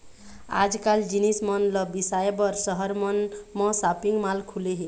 आजकाल जिनिस मन ल बिसाए बर सहर मन म सॉपिंग माल खुले हे